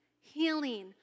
healing